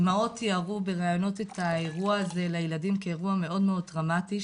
אימהות תיארו בראיונות את האירוע הזה לילדים כאירוע מאוד מאוד דרמתי.